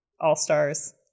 All-Stars